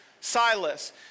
silas